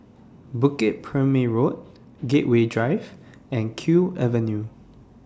Bukit Purmei Road Gateway Drive and Kew Avenue